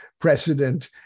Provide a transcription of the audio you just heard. precedent